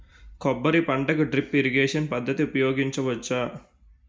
కొబ్బరి పంట కి డ్రిప్ ఇరిగేషన్ పద్ధతి ఉపయగించవచ్చా?